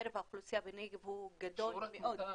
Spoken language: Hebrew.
בקרב האוכלוסייה בנגב הוא גדול --- שיעור התמותה,